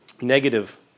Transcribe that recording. negative